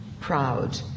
proud